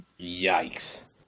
Yikes